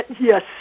Yes